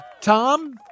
Tom